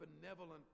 benevolent